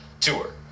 tour